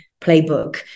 playbook